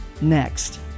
next